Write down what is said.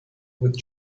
with